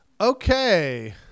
Okay